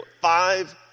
five